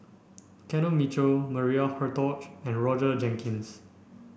Kenneth Mitchell Maria Hertogh and Roger Jenkins